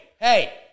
hey